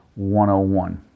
101